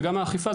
וגם האכיפה,